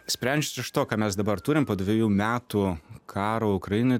sprendžiant iš to ką mes dabar turim po dvejų metų karo ukrainoj